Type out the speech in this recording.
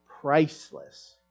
priceless